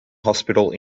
hospital